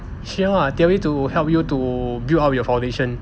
需要 lah theory to help you to build up your foundation